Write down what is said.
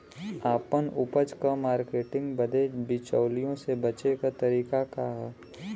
आपन उपज क मार्केटिंग बदे बिचौलियों से बचे क तरीका का ह?